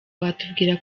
watubwira